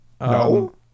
No